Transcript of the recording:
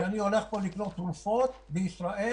כשאני הולך לקנות תרופות בישראל,